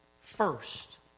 first